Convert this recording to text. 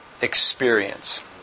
experience